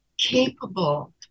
capable